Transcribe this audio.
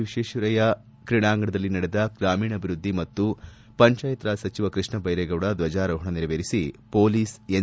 ವಿಶ್ವೇಶ್ವರಯ್ಕ ಕ್ರೀಡಾಂಗಣದಲ್ಲಿ ನಡೆದ ಗ್ರಾಮೀಣಾಭಿವೃದ್ಧಿ ಮತ್ತು ಪಂಚಾಯತ್ ರಾಜ್ ಸಚಿವ ಕೃಷ್ಣಬೈರೇಗೌಡ ದ್ವಜಾರೋಹಣ ನೆರವೇರಿಸಿ ಮೊಲೀಸ್ ಎನ್